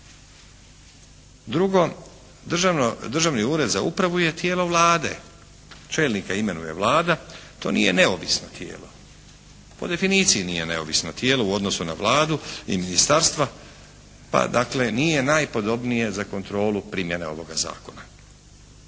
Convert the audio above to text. Drugo, Državni ured za upravu je tijelo Vlade. Čelnika imenuje Vlada. To nije neovisno tijelo. Po definiciji nije neovisno tijelo u odnosu na Vladu i ministarstva, pa dakle, nije najpodobnije za kontrolu primjene ovoga zakona.